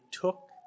took